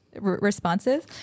responses